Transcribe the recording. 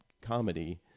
comedy